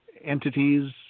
entities